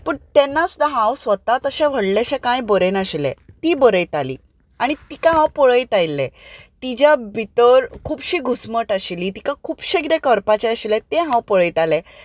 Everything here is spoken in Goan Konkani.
पूण तेन्ना सुद्दां हांव स्वता तशें व्हडलेशें कांय बरयनाशिल्लें ती बरयताली आनी तिका हांव पळयत आयिल्लें तिच्या भितर खुबशी घुस्मट आशिल्ली तिका खुबशें कितें करपाचें आशिल्लें तें हांव पळयतालें